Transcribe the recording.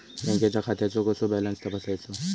बँकेच्या खात्याचो कसो बॅलन्स तपासायचो?